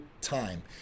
time